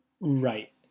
Right